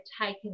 taken